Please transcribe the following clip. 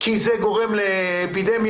כי זה גורם לאפידמיה,